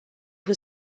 who